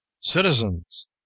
Citizens